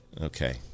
Okay